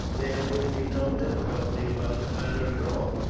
there would be no difficulty about the matter at all,